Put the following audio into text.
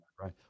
Right